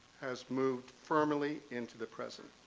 has moved firmly into the present.